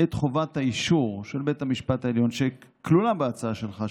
את חובת האישור של בית המשפט העליון שכלולה בהצעה שלך,